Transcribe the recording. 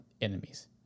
enemies